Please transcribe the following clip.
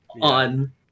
on